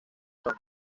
son